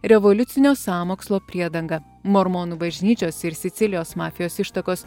revoliucinio sąmokslo priedanga mormonų bažnyčios ir sicilijos mafijos ištakos